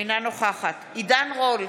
אינה נוכחת עידן רול,